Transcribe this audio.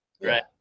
right